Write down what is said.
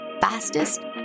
fastest